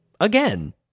again